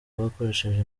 bakoresheje